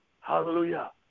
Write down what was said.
Hallelujah